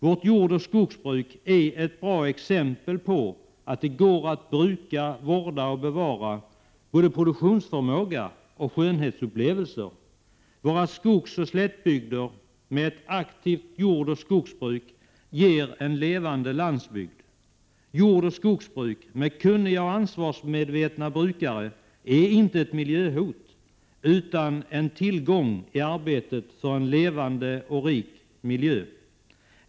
Vårt jordoch skogsbruk är ett bra exempel på att det går att bruka, vårda och bevara både produktionsförmåga och skönhetsupplevelser. Våra skogsoch slättbygder med ett aktivt jordoch skogsbruk ger en levande landsbygd. Jordoch skogsbruk med kunniga och ansvarsmedvetna brukare är inte ett miljöhot utan en stor tillgång i arbetet för en levande och rik miljö.